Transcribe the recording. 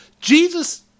Jesus